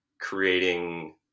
creating